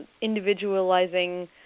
individualizing